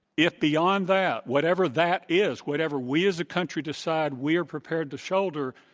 if beyond that, whatever that is, whatever we as a country decide we are prepared to shoulder,